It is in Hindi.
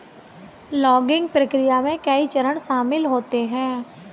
लॉगिंग प्रक्रिया में कई चरण शामिल होते है